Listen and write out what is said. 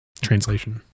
translation